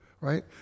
right